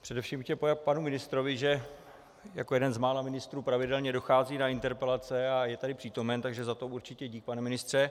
Především bych chtěl poděkovat panu ministrovi, že jako jeden z mála ministrů pravidelně dochází na interpelace a je tady přítomen, takže za to určitě dík, pane ministře.